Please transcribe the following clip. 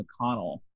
McConnell